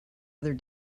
other